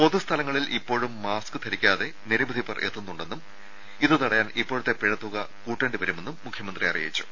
പൊതു സ്ഥലങ്ങളിൽ ഇപ്പോഴും മാസ്ക് ധരിക്കാതെ നിരവധി പേർ എത്തുന്നുണ്ടെന്നും ഇത് തടയാൻ ഇപ്പോഴത്തെ പിഴ തുക കൂട്ടേണ്ടിവരുമെന്നും മുഖ്യമന്ത്രി അറിയിച്ചു